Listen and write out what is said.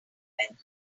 were